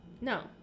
No